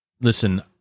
Listen